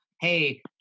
Hey